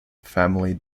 family